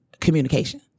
communication